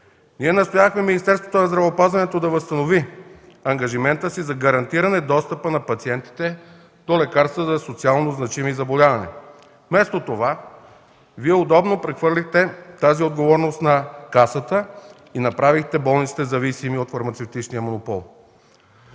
Ние настоявахме Министерството на здравеопазването да възстанови ангажимента си за гарантиране достъпа на пациентите до лекарства за социално значими заболявания. Вместо това, Вие удобно прехвърлихте тази отговорност на Касата и направихте болниците зависими от фармацевтичния монопол.